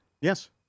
Yes